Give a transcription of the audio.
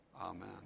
Amen